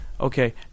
Okay